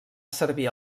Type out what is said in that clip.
servir